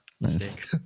mistake